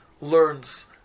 learns